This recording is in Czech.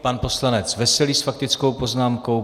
Pan poslanec Veselý s faktickou poznámkou.